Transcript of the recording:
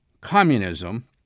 communism